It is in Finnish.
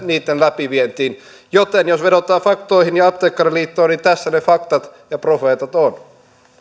niitten läpivientiin joten jos vedotaan faktoihin ja apteekkariliittoon niin tässä ne faktat ja profeetat ovat